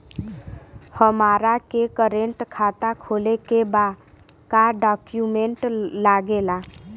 हमारा के करेंट खाता खोले के बा का डॉक्यूमेंट लागेला?